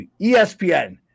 ESPN